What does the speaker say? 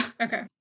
Okay